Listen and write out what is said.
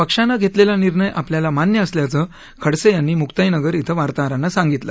पक्षानं घेतलेला निर्णय आपल्याला मान्य असल्याचं खडसे यांनी मुक्ताईनगर इथं वार्ताहरांना सांगितलं